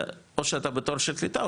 או שאתה בתור של קליטה,